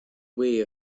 way